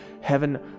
heaven